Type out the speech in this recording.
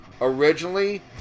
originally